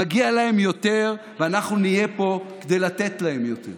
מגיע להם יותר, ואנחנו נהיה פה כדי לתת להם יותר.